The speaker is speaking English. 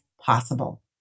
possible